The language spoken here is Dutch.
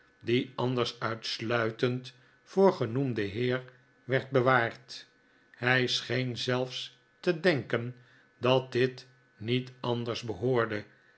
die anders uitsluitend voor genoemden heer werd bewaard hij scheen zelfs te denken dat dit niet anders behoorde